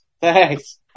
thanks